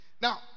now